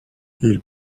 ils